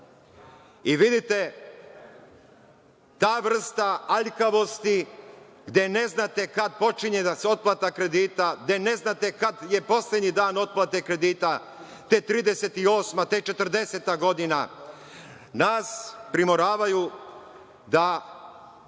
i vidite ta vrsta aljkavosti, gde ne znate kada počinje otplata kredita, gde ne znate kada je poslednji dan otplate kredite, te 38, te 40. godina nas primoravaju da